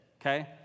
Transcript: Okay